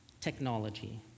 technology